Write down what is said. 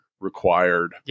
required